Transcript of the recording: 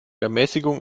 ermäßigung